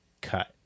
cut